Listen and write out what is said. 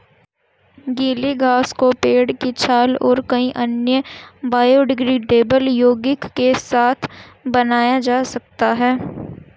गीली घास को पेड़ की छाल और कई अन्य बायोडिग्रेडेबल यौगिक के साथ बनाया जा सकता है